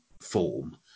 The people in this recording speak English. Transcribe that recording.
form